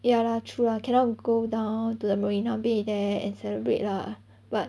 ya lah true lah cannot go down to the marina bay there and celebrate lah but